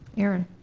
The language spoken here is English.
aaron?